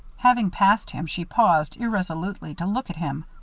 having passed him, she paused irresolutely to look at him.